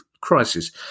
crisis